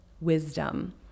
wisdom